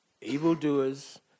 evildoers